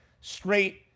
straight